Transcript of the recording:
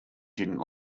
didn’t